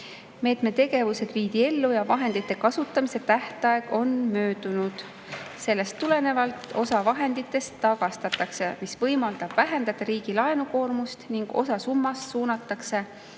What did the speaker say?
Meetme tegevused viidi ellu ja vahendite kasutamise tähtaeg on möödunud. Sellest tulenevalt osa vahenditest tagastatakse, mis võimaldab vähendada riigi laenukoormust, ning osa summast suunatakse